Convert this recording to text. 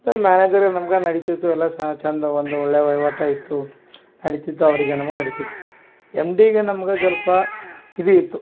ಒಂಥರ ಮ್ಯಾನೇಜರೆ ನಮ್ಗೆ ನಡೀತಾಯ್ತು ಎಲ್ಲ ಸಹ ಚಂದ ಒಂದು ಒಳ್ಳೆ ವೈವಾಟ ಇತ್ತು ನಡಿತಿತ್ತು ಅವರಿಗೆ ನಮ್ಮ ನಡೀತಿತ್ತು ಎಮ್ ಡಿಗ ನಮ್ಗೆ ಸ್ವಲ್ಪ ಇದೀತು